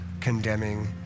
condemning